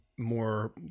more